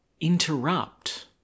interrupt